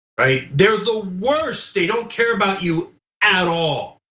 right? they're the worst. they don't care about you at all.